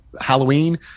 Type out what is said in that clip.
Halloween